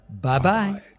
Bye-bye